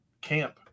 camp